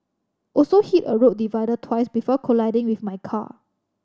also hit a road divider twice before colliding with my car